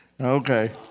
Okay